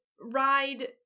ride